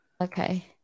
Okay